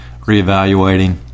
reevaluating